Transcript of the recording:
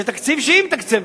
של תקציב שהיא מתקצבת,